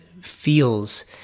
feels